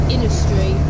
Industry